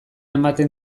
ematen